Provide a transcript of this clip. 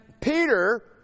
Peter